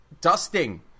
dusting